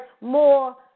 more